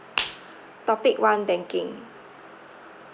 topic one banking